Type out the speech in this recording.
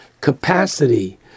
capacity